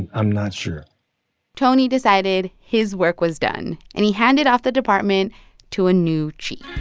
i'm not sure tony decided his work was done, and he handed off the department to a new chief